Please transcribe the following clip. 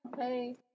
Hey